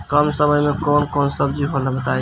कम समय में कौन कौन सब्जी होला बताई?